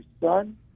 Son